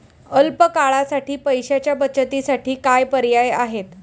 अल्प काळासाठी पैशाच्या बचतीसाठी काय पर्याय आहेत?